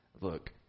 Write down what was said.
look